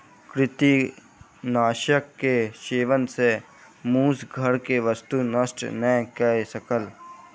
कृंतकनाशक के सेवन सॅ मूस घर के वस्तु नष्ट नै कय सकल